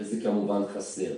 וזה כמובן חסר.